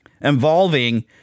involving